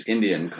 Indian